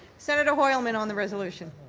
senator hoylman on the resolution.